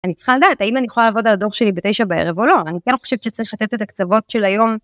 אני צריכה לדעת האם אני יכולה לעבוד על הדור שלי בתשע בערב או לא אני כאילו חושבת שצריך לתת את הקצוות של היום.